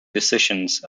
decisions